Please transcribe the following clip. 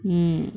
mm